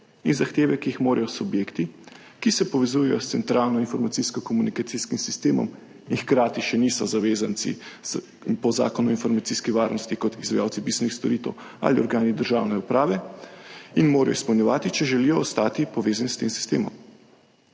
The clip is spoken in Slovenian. in zahteve, ki jih morajo subjekti, ki se povezujejo s centralnim informacijsko-komunikacijskim sistemom in hkrati še niso zavezanci po Zakonu o informacijski varnosti kot izvajalci pisnih storitev ali organi državne uprave, izpolnjevati, če želijo ostati povezani s tem sistemom.